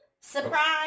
Surprise